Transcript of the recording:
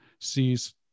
sees